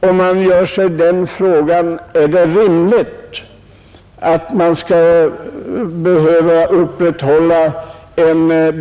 Är detta ett rimligt förhållande?